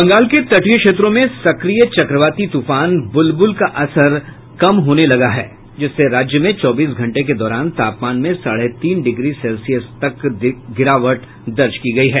बंगाल के तटीय क्षेत्रों में सक्रिय चक्रवाती तूफान बुलबुल का असर कम होने लगा है जिससे राज्य में चौबीस घंटे के दौरान तापमान में साढ़े तीन डिगी सेल्सियस तक गिरावट दर्ज की गयी है